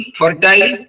fertile